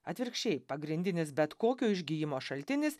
atvirkščiai pagrindinis bet kokio išgijimo šaltinis